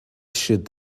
should